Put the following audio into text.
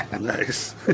Nice